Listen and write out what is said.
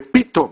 ופתאום